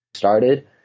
started